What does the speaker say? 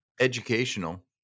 Educational